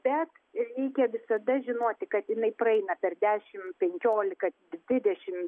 bet reikia visada žinoti kad jinai praeina per dešim penkiolika dvidešim